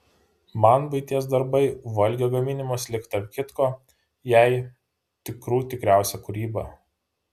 man buities darbai valgio gaminimas lyg tarp kitko jai tikrų tikriausia kūryba